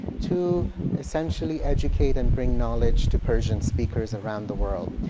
to essentially educate and bring knowledge to persian speakers around the world.